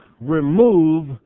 remove